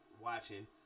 watching